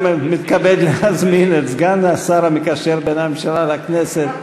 אני מתכבד להזמין את סגן השר המקשר בין הממשלה לכנסת,